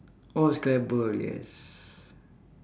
oh scrabble yes